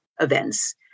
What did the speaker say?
events